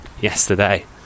yesterday